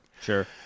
sure